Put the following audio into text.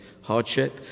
hardship